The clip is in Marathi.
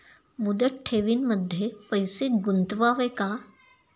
मुदत ठेवींमध्ये पैसे गुंतवावे का?